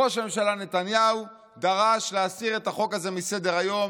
ראש הממשלה נתניהו דרש להסיר את החוק הזה מסדר-היום,